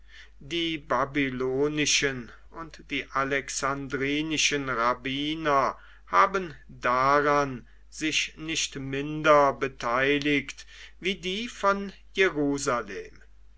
die babylonischen und die alexandrinischen rabbiner haben daran sich nicht minder beteiligt wie die von jerusalem